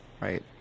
right